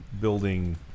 building